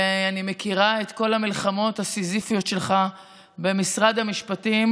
ואני מכירה את כל המלחמות הסיזיפיות שלך במשרד המשפטים